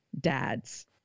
dads